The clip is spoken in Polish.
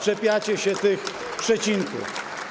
Czepiacie się tych przecinków.